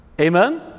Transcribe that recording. Amen